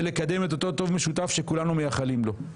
לקדם את אותו טוב משותף שכולנו מייחלים לו.